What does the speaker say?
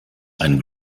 ein